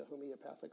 homeopathic